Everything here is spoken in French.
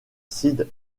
sid